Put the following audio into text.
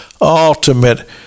ultimate